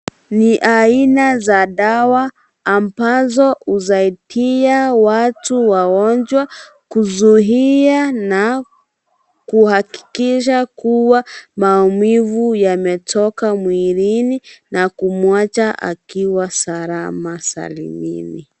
Ni aina za dawa ambazo husaidia watu wagonjwa kuzuia na kuhakikisha kuwa maumivu yametoka mwilini na kumwacha akiwa salama salimini.